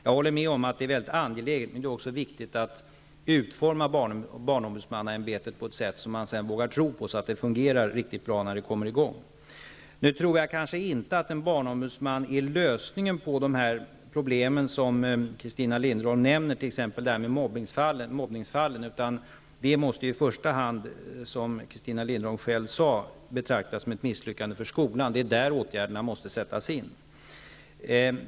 Jag håller med om att detta är väldigt angeläget, men det är också viktigt att utforma barnombudsmannaämbetet på ett sätt som man sedan vågar tro på, så att det fungerar riktigt bra när det kommer i gång. Jag tror kanske inte att en barnombudsman är lösningen på de problem som Christina Linderholm nämner, t.ex. mobbningsfallen, utan de måste, som Christina Linderholm själv sade, i första hand betraktas som ett misslyckande för skolan. Det är där åtgärderna måste sättas in.